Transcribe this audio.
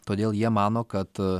todėl jie mano kad